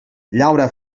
llaura